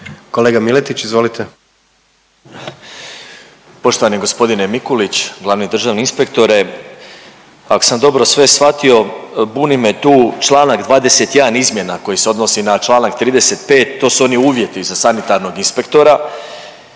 **Miletić, Marin (MOST)** Poštovani g. Mikulić, glavni državni inspektore. Ako sam dobro sve shvatio, buni me tu čl. 21 izmjena koji se odnosi na čl. 35, to su oni uvjeti za sanitarnog inspektora,